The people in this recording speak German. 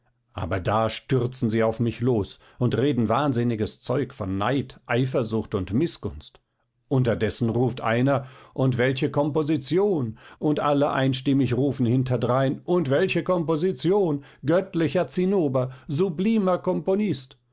aber da stürzen sie auf mich los und reden wahnsinniges zeug von neid eifersucht und mißgunst unterdessen ruft einer und welche komposition und alle einstimmig rufen hinterdrein und welche komposition göttlicher zinnober sublimer komponist